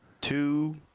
two